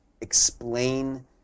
explain